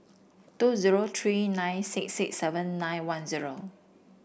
two zero three nine six six seven nine one zero